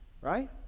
right